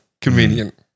convenient